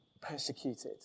persecuted